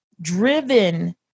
driven